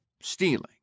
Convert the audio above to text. stealing